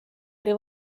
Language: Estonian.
oli